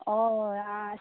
हय हय आं